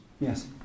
Yes